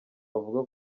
avuga